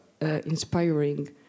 inspiring